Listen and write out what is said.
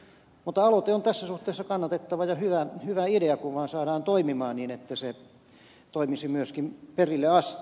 mutta aloite on tässä suhteessa kannatettava ja hyvä idea kun vaan saadaan toimimaan niin että se toimisi myöskin perille asti